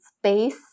space